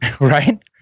Right